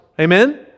Amen